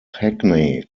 hackney